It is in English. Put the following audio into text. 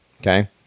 okay